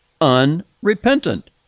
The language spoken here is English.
unrepentant